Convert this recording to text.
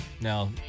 No